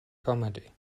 comedy